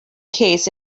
case